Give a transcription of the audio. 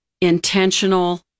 intentional